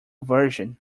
version